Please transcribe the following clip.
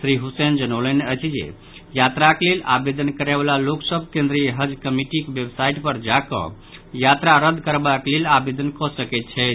श्री हुसैन जनौलनि अछि जे यात्राक लेल आवेदन करयवला लोक सभ केन्द्रीय हज कमिटीक वेबसाइट पर जाकऽ यात्रा रद्द करबाक लेल आवेदन कऽ सकैत छथि